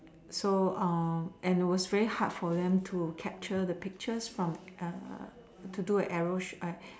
so and it was very hard for them to capture the pictures from to do a area shoot